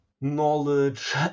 knowledge